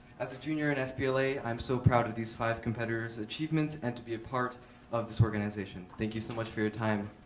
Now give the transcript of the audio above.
as a junior in fbla, i am so proud of these five competitors' achievements and to be a part of this organization. thank you so much for your time